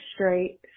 straight